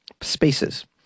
spaces